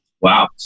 Wow